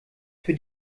für